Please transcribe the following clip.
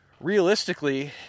realistically